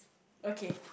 okay